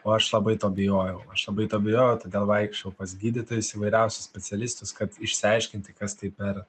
o aš labai to bijojau aš labai to bijojau todėl vaikščiojau pas gydytojus įvairiausius specialistus kad išsiaiškinti kas tai per